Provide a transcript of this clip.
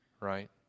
right